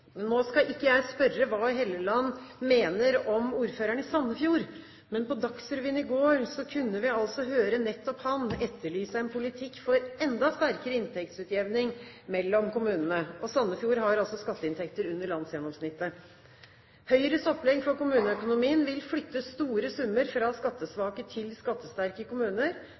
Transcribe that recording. Nå skal ikke jeg spørre hva Helleland mener om ordføreren i Sandefjord, men på Dagsrevyen i går kunne vi høre nettopp han etterlyse en politikk for enda sterkere inntektsutjevning mellom kommunene. Sandefjord har skatteinntekter under landsgjennomsnittet. Høyres opplegg for kommuneøkonomien vil flytte store summer fra skattesvake til skattesterke kommuner. Det slår negativt ut for flere enn Sandefjord, bl.a. hos mange kommuner